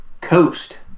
coast